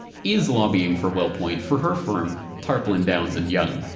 is lobbying for wellpoint for her firm tarplin, downs and young.